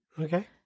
okay